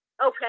Okay